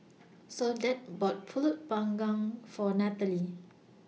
Soledad bought Pulut Panggang For Natalee